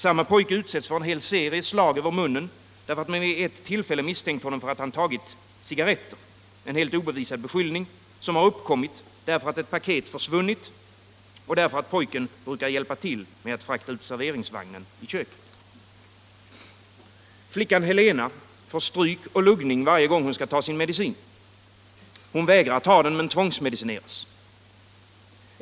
Samme pojke utsätts för en hel serie slag över munnen, därför att man vid ett tillfälle misstänkt honom för att ha tagit cigarretter — en helt obevisad beskyllning, som uppkommit därför att ett paket försvunnit och därför att pojken brukat hjälpa till med att frakta ut serveringsvagnen i köket. Flickan Helena får stryk och luggning varje gång hon skall ta sin medicin. Hon vägrar ta den men tvångsmedicineras.